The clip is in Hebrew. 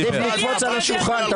עדיף לקפוץ על השולחן.